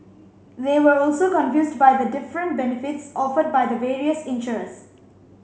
they were also confused by the different benefits offered by the various insurers